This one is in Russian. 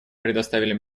предоставили